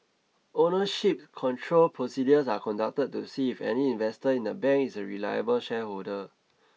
ownership control procedures are conducted to see if any investor in a bank is a reliable shareholder